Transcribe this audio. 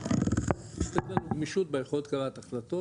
שתהיה לנו גמישות ביכולת קבלת ההחלטות,